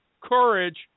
courage